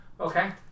Okay